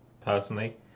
Personally